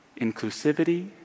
inclusivity